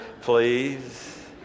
please